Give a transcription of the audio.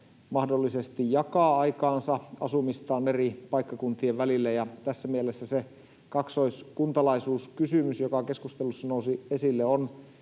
mahdollisesti jakaa aikaansa, asumistaan eri paikkakuntien välillä, ja tässä mielessä se kaksoiskuntalaisuuskysymys, joka keskustelussa nousi esille, on